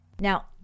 Now